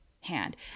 hand